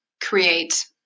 create